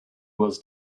was